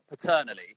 paternally